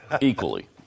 Equally